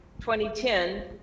2010